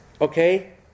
Okay